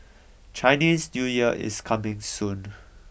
Chinese New Year is coming soon